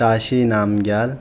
ताशीनामग्याल्